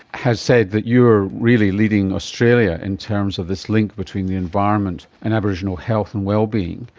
has said that you are really leading australia in terms of this link between the environment and aboriginal health and well-being.